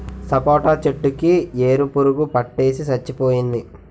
సపోటా చెట్టు కి ఏరు పురుగు పట్టేసి సచ్చిపోయింది